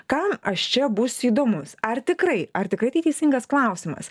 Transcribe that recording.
kam aš čia būsiu įdomus ar tikrai ar tikrai tai teisingas klausimas